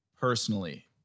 personally